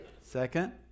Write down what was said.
Second